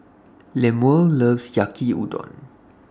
Lemuel loves Yaki Udon